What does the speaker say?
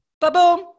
Ba-boom